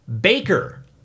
Baker